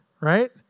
right